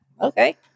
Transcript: Okay